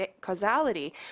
Causality